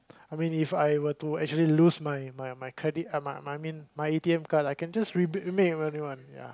I mean If I were to actually lose my my my credit uh my I mean my A_T_M card I can just re~ make a new one ya